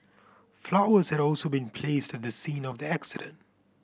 flowers had also been placed at the scene of the accident